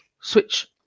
switch